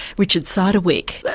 richard cytowic.